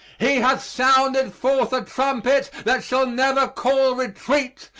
he hath sounded forth a trumpet that shall never call retreat,